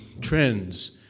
trends